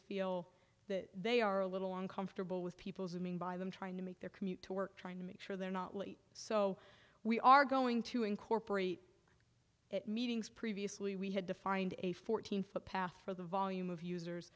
feel that they are a little uncomfortable with people zooming by them trying to make their commute to work trying to make sure they're not late so we are going to incorporate at meetings previously we had to find a fourteen foot path for the volume of users